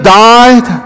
died